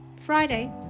Friday